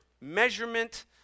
measurement